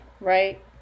Right